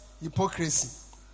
hypocrisy